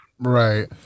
Right